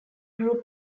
group